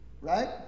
Right